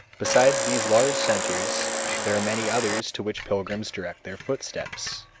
besides these large centers there are many others to which pilgrims direct their footsteps.